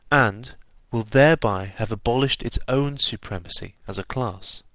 and will thereby have abolished its own supremacy as a class.